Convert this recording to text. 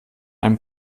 einem